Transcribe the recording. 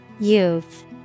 Youth